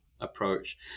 approach